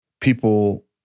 people